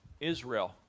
Israel